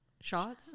shots